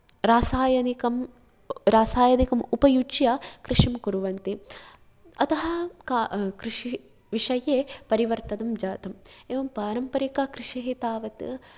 रासायनिकं रासायनिकम् उपयुज्य कृषिं कुर्वन्ति अतः का कृषिविषये परिवर्तनं जातं एवं पारम्परिकः कृषिः तावत्